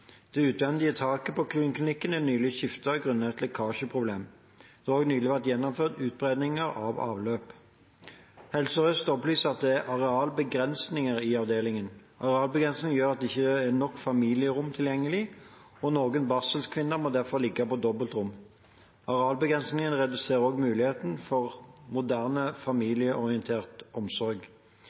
Det utvendige taket på kvinneklinikken er nylig skiftet grunnet et lekkasjeproblem. Det har også nylig vært gjennomført utbedringer av avløp. Helse Sør-Øst opplyser at det er arealbegrensninger i avdelingen. Arealbegrensningene gjør at det ikke er nok familierom tilgjengelig, og noen barselkvinner må derfor ligge på dobbeltrom. Arealbegrensningene reduserer også mulighetene for moderne, familieorientert omsorg.